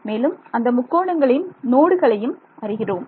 மேலும் அந்த முக்கோணங்களின் நோடுகளையும் அறிகிறோம்